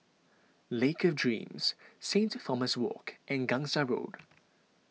Lake of Dreams Saint Thomas Walk and Gangsa Road